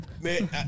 Man